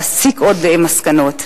להסיק עוד מסקנות.